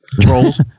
trolls